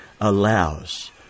Allows